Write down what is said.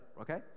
okay